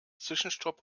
zwischenstopp